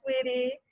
sweetie